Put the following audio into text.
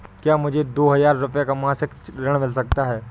क्या मुझे दो हजार रूपए का मासिक ऋण मिल सकता है?